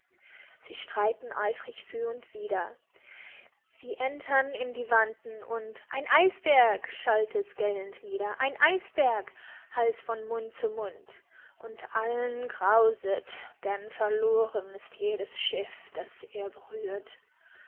sie streiten eifrig für und wider sie entern in die wanten und ein eisberg schallt es gellend nieder ein eisberg hallt's von mund zu mund und allen grauset denn verloren ist jedes schiff das er berührt